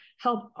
help